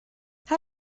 how